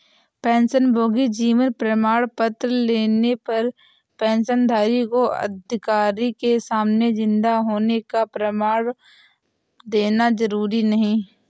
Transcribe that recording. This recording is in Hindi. पेंशनभोगी जीवन प्रमाण पत्र लेने पर पेंशनधारी को अधिकारी के सामने जिन्दा होने का प्रमाण देना जरुरी नहीं